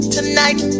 Tonight